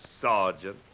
Sergeant